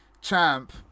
champ